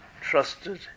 trusted